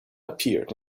appeared